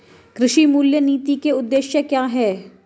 कृषि मूल्य नीति के उद्देश्य क्या है?